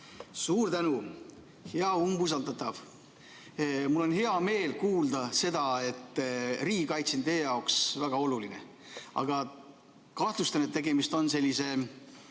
Suur tänu! Hea umbusaldatav! Mul on hea meel kuulda seda, et riigikaitse on teie jaoks väga oluline. Aga kahtlustan, et tegemist on sellise